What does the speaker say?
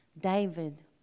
David